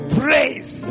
praise